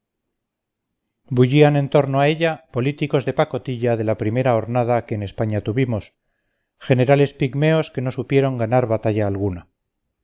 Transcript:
bullían en torno a ella políticos de pacotilla de la primera hornada que en españa tuvimos generales pigmeos que no supieron ganar batalla alguna